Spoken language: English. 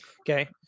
Okay